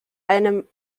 einem